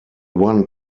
one